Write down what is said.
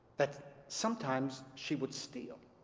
that sometimes she would steal.